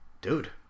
dude